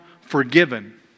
forgiven